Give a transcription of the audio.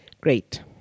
Great